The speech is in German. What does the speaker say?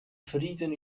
frieden